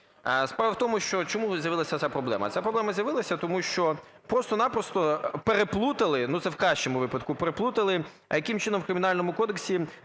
Справа в тому, що чому з'явилася ця проблема. Ця проблема з'явилася, тому що просто-напросто переплутали, ну, це в кращому випадку, переплутали, а яким чином в Кримінальному кодексі